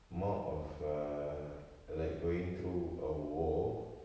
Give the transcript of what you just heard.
more of err like going through a war